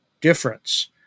difference